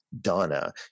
Donna